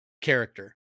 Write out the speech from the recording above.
character